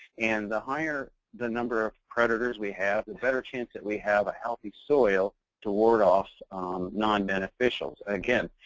and the higher the number of predators we have, the better chance that we have a healthy soil to ward off non-beneficials. again,